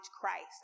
Christ